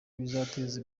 bizateza